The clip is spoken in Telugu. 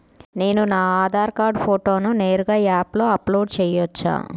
నేను నా ఆధార్ కార్డ్ ఫోటోను నేరుగా యాప్లో అప్లోడ్ చేయవచ్చా?